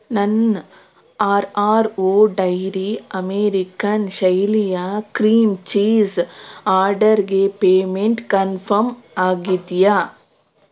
ನನ್ನ R R O dairy American ಶೈಲಿಯ cream cheese ಆರ್ಡರ್ಗೆ ಪೇಮೆಂಟ್ ಕನ್ಫಮ್ ಆಗಿದೆಯಾ